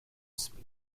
اسمیت